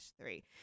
three